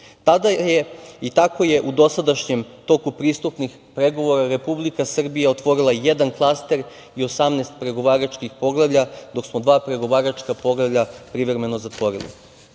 Tada je i tako je u dosadašnjem toku pristupnih pregovora Republika Srbija otvorila jedan klaster i 18 pregovaračkih poglavlja, dok smo dva pregovaračka poglavlja privremeno zatvorili. Republika